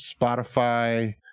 Spotify